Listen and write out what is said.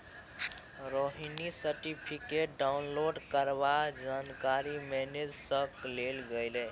Rohini certificate download करबाक जानकारी manager सँ लेल गेलै